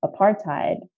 apartheid